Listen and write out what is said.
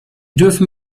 dürfen